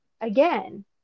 again